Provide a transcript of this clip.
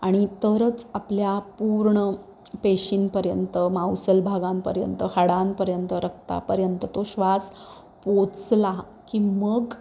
आणि तरच आपल्या पूर्ण पेशींपर्यंत मांसल भागांपर्यंत हाडांपर्यंत रक्तापर्यंत तो श्वास पोहचला की मग